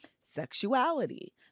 sexuality